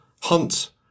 hunt